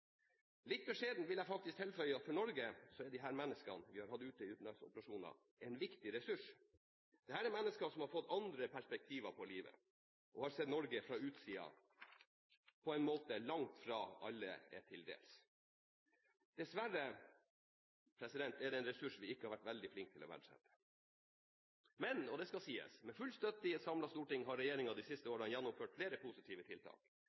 Litt beskjedent vil jeg faktisk tilføye at disse menneskene som vi har hatt ute i utenlandsoperasjoner, er en viktig ressurs for Norge. Dette er mennesker som har fått andre perspektiver på livet, og som har sett Norge fra utsiden på en måte som er langt fra alle forunt. Dessverre er det en ressurs vi ikke har vært veldig flinke til å verdsette. Men, og det skal sies, med full støtte fra et samlet storting har regjeringen de siste årene gjennomført flere positive tiltak.